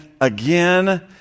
again